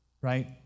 right